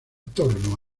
torno